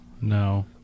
No